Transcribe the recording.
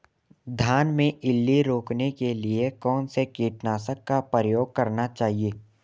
धान में इल्ली रोकने के लिए कौनसे कीटनाशक का प्रयोग करना चाहिए?